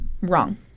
Wrong